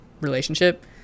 Relationship